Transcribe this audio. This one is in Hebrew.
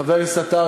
חבר הכנסת עטר,